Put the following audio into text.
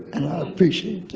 and i appreciate